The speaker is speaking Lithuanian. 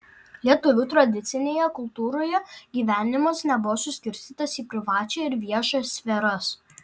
lietuvių tradicinėje kultūroje gyvenimas nebuvo suskirstytas į privačią ir viešą sferas